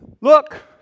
look